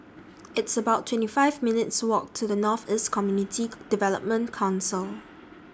It's about twenty five minutes' Walk to The North East Community Development Council